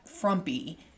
frumpy